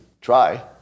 try